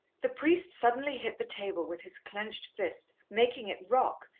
the priest suddenly hit the table with his clenched fist, making it rock,